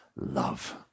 love